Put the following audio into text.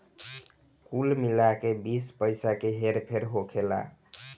कुल मिला के बीस पइसा के हेर फेर होखेला